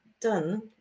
done